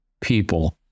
people